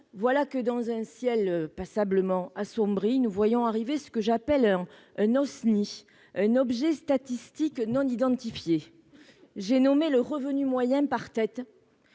voilà que, dans un ciel passablement assombri, nous voyons arriver ce que j'appelle un « OSNI », un objet statistique non identifié. Il s'agit du revenu moyen par tête,